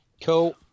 Cool